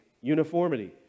uniformity